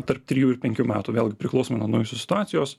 tarp trijų ir penkių metų vėlgi priklausomai nuo nuo jūsų situacijos